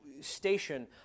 station